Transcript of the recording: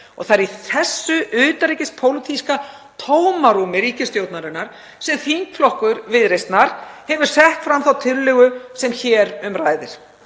Það er í þessu utanríkispólitíska tómarúmi ríkisstjórnarinnar sem þingflokkur Viðreisnar hefur sett fram þá tillögu sem hér um ræðir.